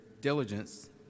diligence